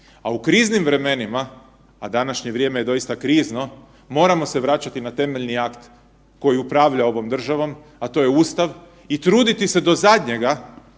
A u kriznim vremenima, a današnje vrijeme je doista krizno moramo se vraćati na temeljni akt koji upravlja ovom državom, a to je Ustav i truditi se do zadnjega